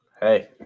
hey